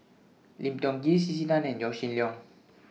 Lim Tiong Ghee C C Tan and Yaw Shin Leong